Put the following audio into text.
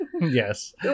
Yes